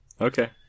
Okay